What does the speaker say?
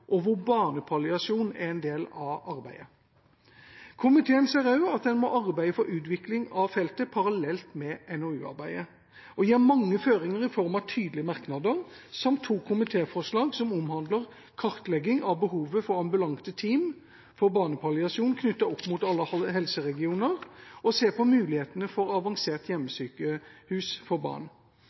og hvor barnepalliasjon er en del av arbeidet. Komiteen ser også at en må arbeide for utvikling av feltet parallelt med NOU-arbeidet, og gir mange føringer i form av tydelige merknader samt to komitéforslag som omhandler kartlegging av behovet for ambulante team for barnepalliasjon knyttet opp mot alle helseregioner, og å se på mulighetene for avansert hjemmesykehus for barn.